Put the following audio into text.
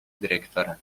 dyrektora